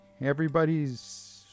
everybody's